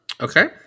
Okay